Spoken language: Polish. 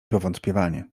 powątpiewanie